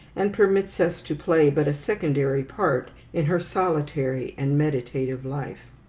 and permits us to play but a secondary part in her solitary and meditative life.